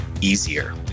easier